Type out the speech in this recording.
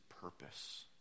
purpose